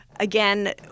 Again